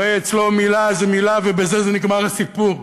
הרי אצלו מילה זו מילה, ובזה נגמר הסיפור.